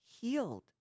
healed